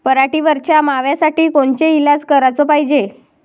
पराटीवरच्या माव्यासाठी कोनचे इलाज कराच पायजे?